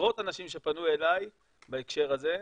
עשרות אנשים שפנו אליי בהקשר הזה,